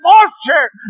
moisture